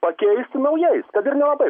pakeisti naujais kad ir nelabai